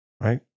right